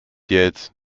jetzt